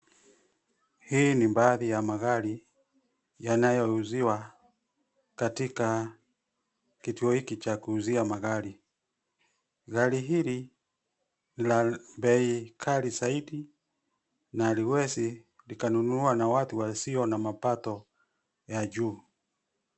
Hii ni mbaadhi ya magari yanayouziwa katika kituo hiki cha kuuzia magari. Gari hili la bei kali zaidi na haliwesi kununuliwa na watu wasio na mapato ya juu.